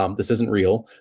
um this isn't real,